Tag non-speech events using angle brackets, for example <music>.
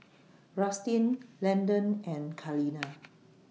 Rustin Landen and Kaleena <noise>